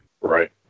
Right